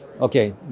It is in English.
Okay